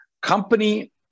Company